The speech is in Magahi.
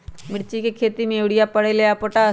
मिर्ची के खेती में यूरिया परेला या पोटाश?